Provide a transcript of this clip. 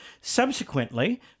Subsequently